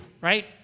right